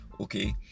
Okay